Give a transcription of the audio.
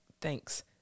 thanks